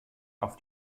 auf